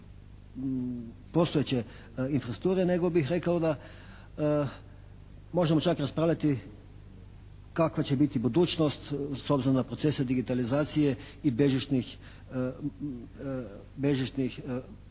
postojeće infrastrukture nego bih rekao da možemo čak raspravljati kakva će biti budućnost s obzirom na procese digitalizacije i bežičnih,